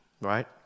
right